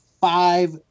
five